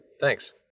Thanks